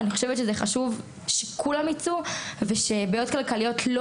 אני חושבת שזה חשוב שכולם יצאו ובעיות כלכליות לא